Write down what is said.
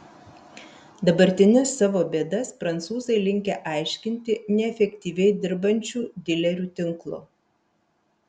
dabartines savo bėdas prancūzai linkę aiškinti neefektyviai dirbančiu dilerių tinklu